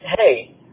hey